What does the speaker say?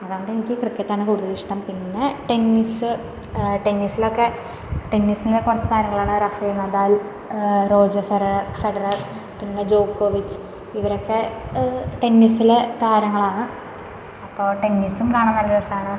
അതുകൊണ്ട് എനിക്ക് ക്രിക്കറ്റാണ് കൂടുതൽ ഇഷ്ടം പിന്നെ ടെന്നീസ് ടെന്നീസിലൊക്കെ ടെന്നീസിലെ കുറച്ച് താരങ്ങളാണ് റഫേൽ നദാൽ റോജർ ഫെർ ഫെഡറർ പിന്നെ ജോക്കോവിച്ച് ഇവരൊക്കെ ടെന്നീസിലെ താരങ്ങളാണ് അപ്പോൾ ടെന്നിസും കാണാൻ നല്ല രസമാണ്